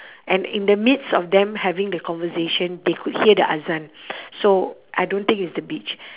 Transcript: and in the midst of them having the conversation they could hear the azan so I don't think it's the beach